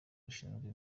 rushinzwe